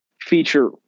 feature